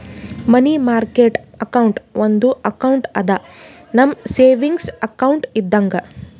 ಮನಿ market account ಒಂದು account ಅದಾ, ನಮ್ ಸೇವಿಂಗ್ಸ್ ಅಕೌಂಟ್ ಇದ್ದಂಗ